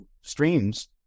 streams